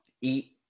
eat